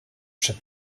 przed